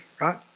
right